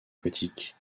aquatiques